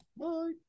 Bye